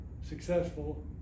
successful